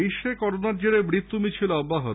বিশ্বে করোনার জেরে মৃত্যু মিছিল অব্যাহত